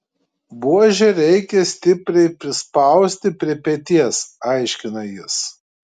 buožę reikia stipriai prispausti prie peties aiškina jis